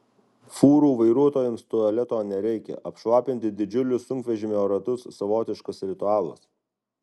fūrų vairuotojams tualeto nereikia apšlapinti didžiulius sunkvežimio ratus savotiškas ritualas